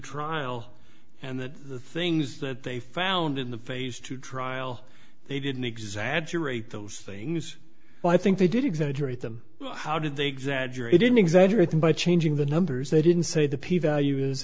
trial and that the things that they found in the phase two trial they didn't exaggerate those things i think they did exaggerate them how did they exaggerate in exaggerate them by changing the numbers they didn't say the p value